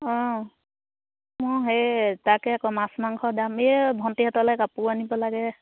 অঁ মই সেই তাকে আকৌ মাছ মাংস দাম এই ভণ্টিহঁতলে কাপোৰ আনিব লাগে